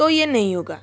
तो ये नहीं होगा